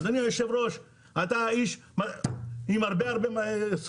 אדוני היושב-ראש, אתה איש עם הרבה זכויות.